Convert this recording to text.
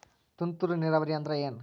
ತುಂತುರು ನೇರಾವರಿ ಅಂದ್ರ ಏನ್?